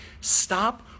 Stop